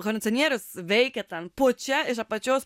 kondicionierius veikia ten pučia iš apačios